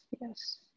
yes